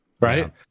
right